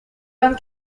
vingt